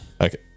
Okay